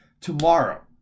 tomorrow